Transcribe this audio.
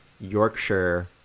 Yorkshire